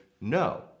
no